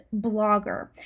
blogger